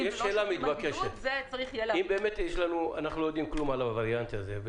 אם אנחנו לא יודעים דבר על הווריאנט הזה,